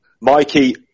Mikey